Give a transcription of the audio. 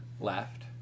left